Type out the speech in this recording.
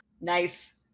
Nice